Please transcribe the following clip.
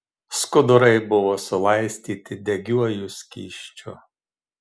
skudurai buvo sulaistyti degiuoju skysčiu